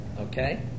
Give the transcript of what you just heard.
Okay